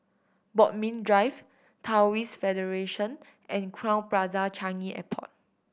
Bodmin Drive Taoist Federation and Crowne Plaza Changi Airport